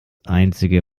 einzige